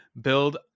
build